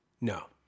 No